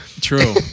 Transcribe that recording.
True